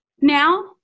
now